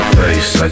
face